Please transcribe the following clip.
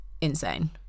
insane